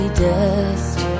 dust